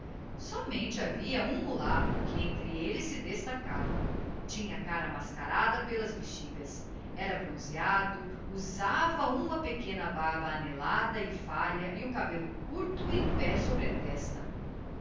somente havia um mulato que entre elles se destacava tinha a cara mascarada pelas bexigas era bronzeado usava uma pequena barba anelada e falha e o cabello curto em pé sobre a testa